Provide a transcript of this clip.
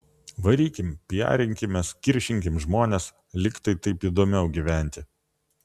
varykim piarinkimės kiršinkim žmones lyg tai taip įdomiau gyventi